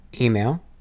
email